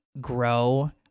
grow